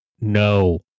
no